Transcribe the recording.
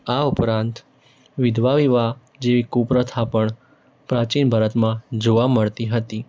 આ ઉપરાંત વિધવા વિવાહ જેવી કુપ્રથા પણ પ્રાચીન ભારતમાં જોવા મળતી હતી